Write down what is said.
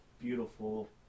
beautiful